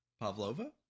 Pavlova